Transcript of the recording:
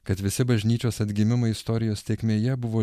kad visi bažnyčios atgimimai istorijos tėkmėje buvo